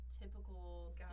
typical